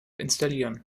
installieren